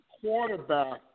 quarterback